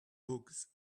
books